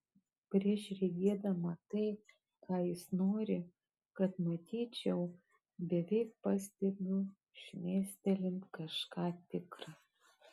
prieš regėdama tai ką jis nori kad matyčiau beveik pastebiu šmėstelint kažką tikra